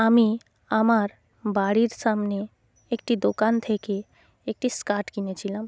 আমি আমার বাড়ির সামনে একটি দোকান থেকে একটি স্কার্ট কিনেছিলাম